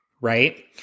right